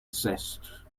zest